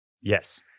yes